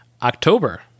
october